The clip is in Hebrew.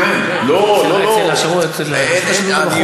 לא לא, אדוני השר, זה כתוב בחוק.